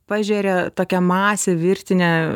pažeria tokia masę virtinę